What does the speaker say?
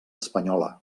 espanyola